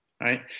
right